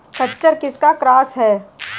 खच्चर किसका क्रास है?